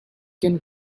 can